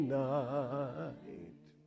night